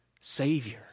Savior